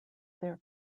their